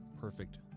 perfect